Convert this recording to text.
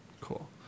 Cool